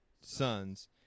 sons